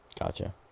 Gotcha